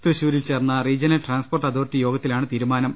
തൃശൂരിൽ ചേർന്ന regional transport authority യോഗത്തിലാണ് തീരുമാനം